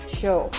show